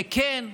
וכן,